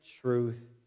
truth